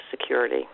security